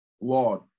Lord